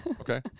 Okay